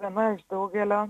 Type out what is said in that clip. viena iš daugelio